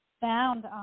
found